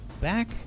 back